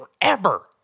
forever